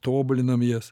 tobulinam jas